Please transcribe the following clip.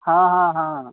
हाँ हाँ हाँ